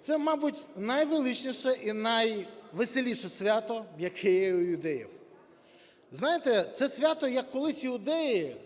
Це, мабуть, найвеличніше і найвеселіше свято, яке є в іудеїв. Знаєте, це свято, як колись іудеї